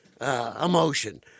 emotion